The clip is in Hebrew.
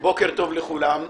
בוקר טוב לכולם,